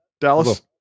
dallas